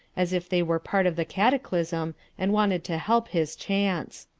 as if they were part of the cataclysm and wanted to help his chance.